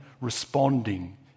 responding